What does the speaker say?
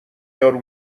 یارو